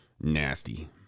Nasty